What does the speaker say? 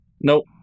Nope